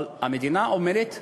אבל המדינה עומדת במבחן.